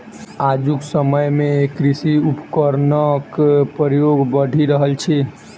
आजुक समय मे कृषि उपकरणक प्रयोग बढ़ि रहल अछि